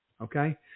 okay